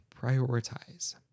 prioritize